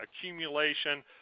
accumulation